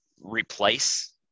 replace